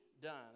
done